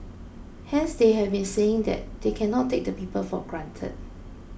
hence they have been saying they cannot take the people for granted